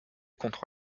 contre